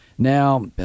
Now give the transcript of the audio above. Now